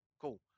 cool